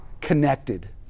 connected